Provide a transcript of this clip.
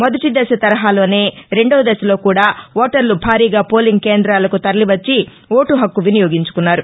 మొదటి దశ తరహాలోనే రెండో దశలో కూడా ఓటర్లు భారీగా పోలింగ్ కేంద్రాలకు తరలి వచ్చి ఓటు హక్ము వినియోగించుకున్నారు